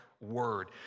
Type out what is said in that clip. word